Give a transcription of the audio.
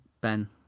Ben